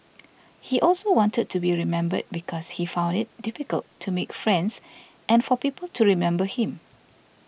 he also wanted to be remembered because he found it difficult to make friends and for people to remember him